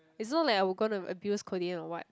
is not like I will going to abuse Collin or what